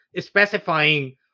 specifying